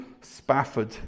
Spafford